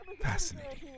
Fascinating